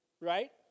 right